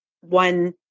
one